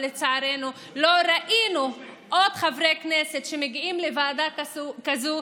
אבל לצערנו לא ראינו עוד חברי כנסת שמגיעים לוועדה כזו,